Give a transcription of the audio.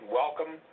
welcome